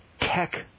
tech